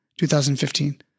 2015